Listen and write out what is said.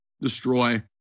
destroy